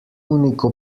unico